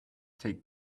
take